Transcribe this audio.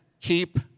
keep